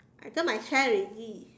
I turn my chair already